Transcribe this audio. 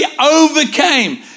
overcame